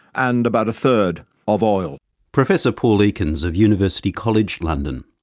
and about a third of oil. professor paul ekins of university college london.